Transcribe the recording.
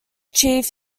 chief